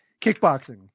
kickboxing